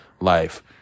life